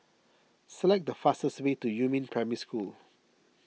select the fastest way to Yumin Primary School